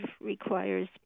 requires